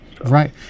Right